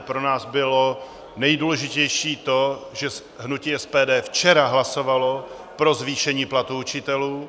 Pro nás bylo nejdůležitější to, že hnutí SPD včera hlasovalo pro zvýšení platů učitelů.